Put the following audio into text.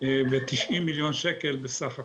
ו-90 מיליון שקל בסך הכול.